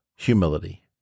Humility